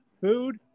food